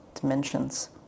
dimensions